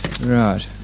Right